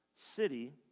city